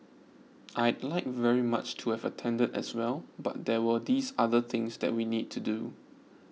I'd like very much to have attended as well but there were these other things that we need to do